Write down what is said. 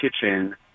kitchen